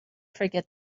forget